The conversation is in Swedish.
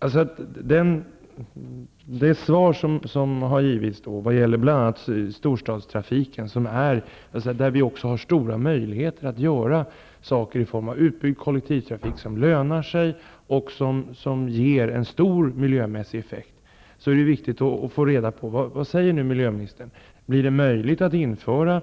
Beträffande det svar som givits när det gäller bl.a. storstadstrafiken, där vi har stora möjligheter att göra saker, t.ex. i form av en utbyggd kollektivtrafik som lönar sig och som ger en stor miljömässig effekt, vill jag fråga miljöministern följande: Blir det möjligt att på biltrafiken införa